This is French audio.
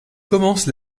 commence